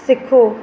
सिखो